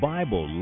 Bible